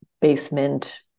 basement